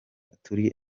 turi